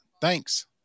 Thanks